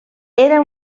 era